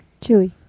Chewy